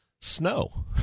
snow